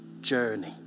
journey